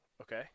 Okay